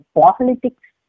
politics